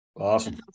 awesome